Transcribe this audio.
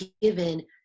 given